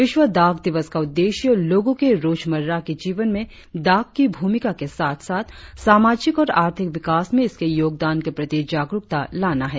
विश्व डाक दिवस का उद्देश्य लोगों के रोजमर्रा के जीवन में डाक की भूमिका के साथ साथ सामाजिक और आर्थिक विकास में इसके योगदान के प्रति जाग़रुकता लाना है